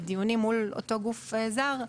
בדיונים מול אותו גוף זר,